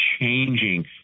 changing